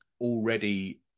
already